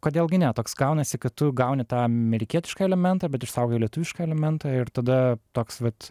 kodėl gi ne toks gaunasi kad tu gauni tą amerikietišką elementą bet išsaugoji lietuvišką elementą ir tada toks vat